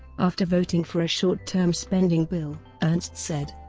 after voting for a short term spending bill, ernst said,